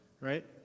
right